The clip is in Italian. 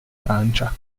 francia